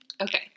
Okay